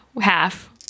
half